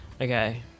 Okay